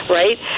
right